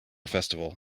festival